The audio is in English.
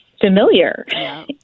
familiar